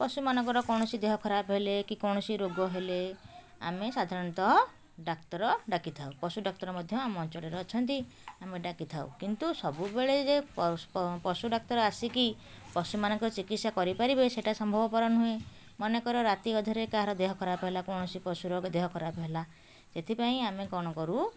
ପଶୁମାନଙ୍କର କୌଣସି ଦେହ ଖରାପ ହେଲେ କି କୌଣସି ରୋଗ ହେଲେ ଆମେ ସାଧାରଣତଃ ଡାକ୍ତର ଡାକିଥାଉ ପଶୁ ଡାକ୍ତର ମଧ୍ୟ ଆମ ଅଞ୍ଚଳରେ ଅଛନ୍ତି ଆମେ ଡାକିଥାଉ କିନ୍ତୁ ସବୁବେଳେ ଯେ ପଶୁ ଡାକ୍ତର ଆସିକି ପଶୁମାନଙ୍କର ଚିକିତ୍ସା କରିପାରିବେ ସେଇଟା ସମ୍ଭବପର ନୁହେଁ ମନେକର ରାତି ଅଧରେ କାହାର ଦେହ ଖରାପ ହେଲା କୌଣସି ପଶୁର ଦେହ ଖରାପ ହେଲା ସେଥିପାଇଁ ଆମେ କ'ଣ କରୁ